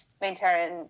maintain